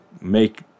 make